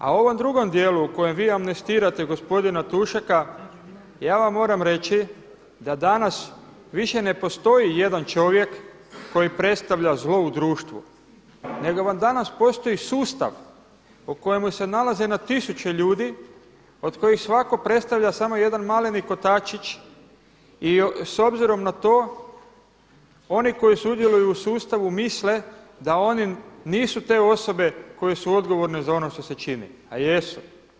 A u ovom drugom dijelu u kojem vi amnestirate gospodina Tušeka ja vam moram reći da danas više ne postoji jedan čovjek koji predstavlja zlo u društvu nego vam danas postoji sustav u kojemu se nalazi na tisuće ljudi od kojih svatko predstavlja samo jedan maleni kotačić i s obzirom na to oni koji sudjeluju u sustavu misle da oni nisu te osobe koje su odgovorne za ono što se čini, a jesu.